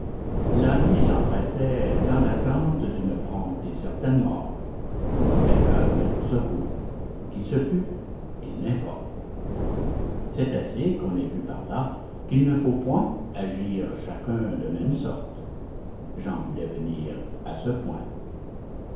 l'ânier l'embrassait dans l'attente d'une prompte et certaine mort quelqu'un vint au secours qui ce fut il n'importe c'est assez qu'on ait vu par là qu'il ne faut point agir chacun de même sorte j'en voulais venir à ce point